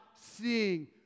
seeing